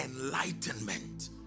enlightenment